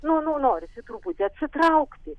nu nu norisi truputį atsitraukti